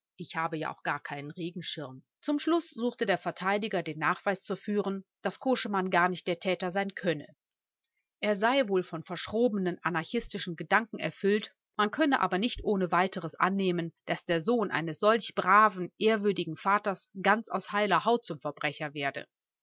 ich habe ja auch gar keinen regenschirm zum schluß suchte der verteidiger den nachweis zu führen daß koschemann gar nicht der täter sein könne er sei wohl von verschrobenen anarchistischen gedanken erfüllt man könne aber nicht ohne weiteres annehmen daß der sohn eines solch braven ehrwürdigen vaters ganz aus heiler haut zum verbrecher werde